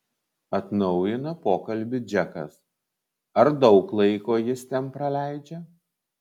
atnaujina pokalbį džekas ar daug laiko jis ten praleidžia